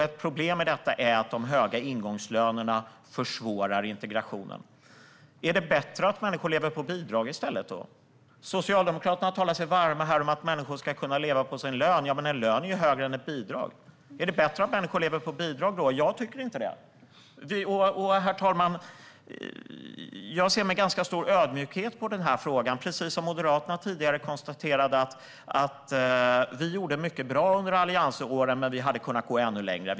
Ett problem med detta är att de höga ingångslönerna försvårar integrationen. Är det bättre att människor lever på bidrag i stället? Socialdemokraterna talar sig varma för att människor ska kunna leva på sin lön, men en lön är ju högre än ett bidrag. Är det då bättre att människor lever på bidrag? Jag tycker inte det. Herr talman! Jag ser med ganska stor ödmjukhet på den här frågan. Precis som Moderaterna tidigare konstaterade gjorde vi mycket som var bra under alliansåren, men vi hade kunnat gå ännu längre.